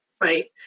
right